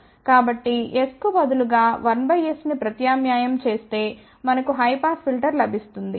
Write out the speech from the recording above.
కాబట్టి s కు బదులుగా 1s ని ప్రత్యామ్నాయం చేస్తే మనకు హై పాస్ ఫిల్టర్ లభిస్తుంది